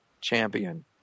champion